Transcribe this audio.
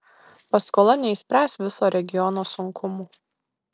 paskola neišspręs viso regiono sunkumų